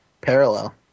parallel